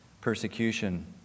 persecution